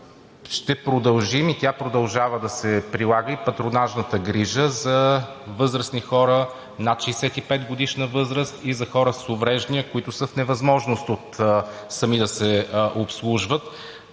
ще продължим – тя продължава да се прилага, патронажната грижа за възрастни хора над 65-годишна възраст и за хора с увреждания, които са в невъзможност сами да се обслужват.